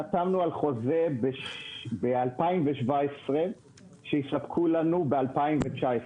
חתמנו על חוזה ב-2017 שיספקו לנו ב-2019.